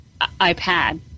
iPad